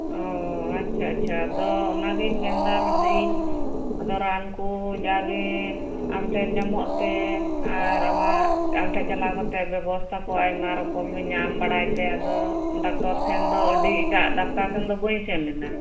ᱳᱚ ᱟᱪᱪᱷᱟ ᱟᱪᱪᱷᱟ ᱟᱫᱚ ᱚᱱᱟᱜᱮᱧ ᱢᱮᱱ ᱮᱫᱟ ᱢᱮᱱᱮᱫᱟᱧ ᱟᱫᱚ ᱨᱟᱱ ᱠᱚ ᱡᱟᱜᱮ ᱟᱢᱴᱷᱮᱱ ᱧᱟᱢᱚᱜ ᱛᱮ ᱟᱨ ᱟᱢᱟᱜ ᱟᱢᱴᱷᱮᱱ ᱪᱟᱞᱟᱣ ᱠᱟᱛᱮ ᱵᱮᱵᱚᱛᱷᱟ ᱠᱚ ᱟᱭᱢᱟ ᱨᱚᱠᱚᱢ ᱧᱟᱢ ᱵᱟᱲᱟᱭ ᱛᱮ ᱟᱫᱚ ᱰᱟᱠᱴᱚᱨ ᱴᱷᱮᱱ ᱫᱚ ᱟᱹᱰᱤ ᱮᱴᱟᱜ ᱰᱟᱠᱴᱚᱨ ᱴᱷᱮᱱ ᱫᱚ ᱵᱟᱹᱧ ᱥᱮᱱ ᱞᱮᱱᱟ